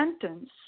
sentence